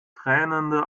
tränende